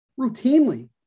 routinely